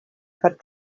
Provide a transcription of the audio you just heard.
had